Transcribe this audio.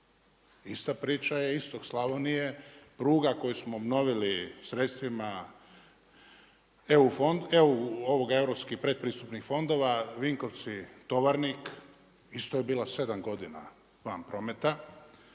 Ista priča istok Slavonije, pruga koju smo obnovili, sredstvima europskim predpristupni fondova Vinkovci-Tovarnik, isto je bila 7 godina van prometa.